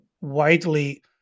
widely